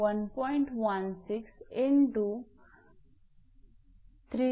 𝑃 मध्यबिंदू असून 𝑑2−𝑑144